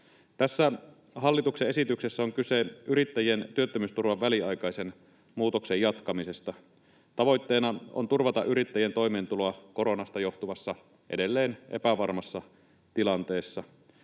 Tässä hallituksen esityksessä on kyse yrittäjien työttömyysturvan väliaikaisen muutoksen jatkamisesta. Tavoitteena on turvata yrittäjien toimeentuloa koronasta johtuvassa edelleen epävarmassa tilanteessa.